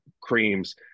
creams